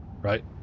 Right